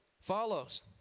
follows